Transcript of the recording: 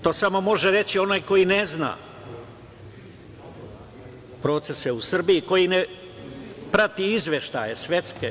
To samo može reći onaj koji ne zna procese u Srbiji, koji ne prati izveštaje svetske.